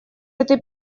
этой